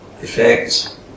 effects